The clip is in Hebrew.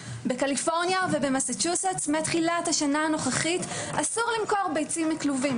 בקליפורניה ומסצ'וסטס מתחילת השנה הנוכחית אסור למכור ביצים מכלובים.